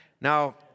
Now